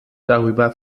darüber